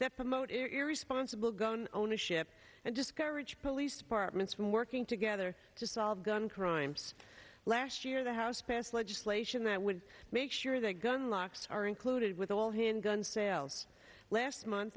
that promote irresponsible gun ownership and discover its police departments from working together to solve gun crimes last year the house passed legislation that would make sure that gun locks are included with all handguns sales last month